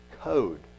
code